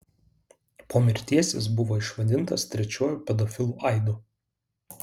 po mirties jis buvo išvadintas trečiuoju pedofilu aidu